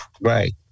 Right